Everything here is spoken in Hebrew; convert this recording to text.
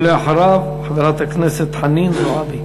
ואחריו, חברת הכנסת חנין זועבי.